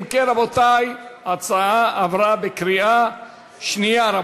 אם כן, רבותי, ההצעה עברה בקריאה שנייה.